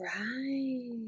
right